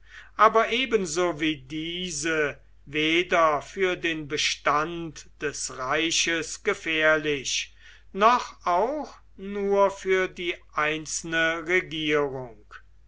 aber ebenso wie diese weder für den bestand des reiches gefährlich noch auch nur für die einzelne regierung